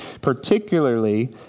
particularly